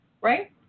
right